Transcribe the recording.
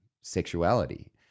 sexuality